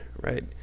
right